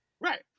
Right